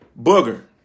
Booger